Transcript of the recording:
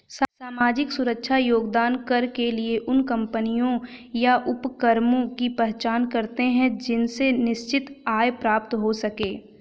सामाजिक सुरक्षा योगदान कर के लिए उन कम्पनियों या उपक्रमों की पहचान करते हैं जिनसे निश्चित आय प्राप्त हो सके